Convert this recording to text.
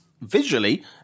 visually